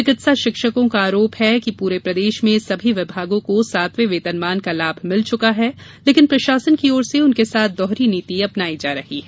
चिकित्सा शिक्षकों का आरोप है कि पूरे प्रदेश में सभी विभागों को सातवें वेतनमान का लाभ मिल चुका है लेकिन शासन की ओर से उनके साथ दोहरी नीति अपनाई जा रही है